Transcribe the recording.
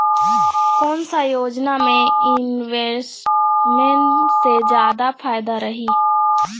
कोन सा योजना मे इन्वेस्टमेंट से जादा फायदा रही?